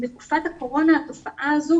בתקופת הקורונה התופעה הזו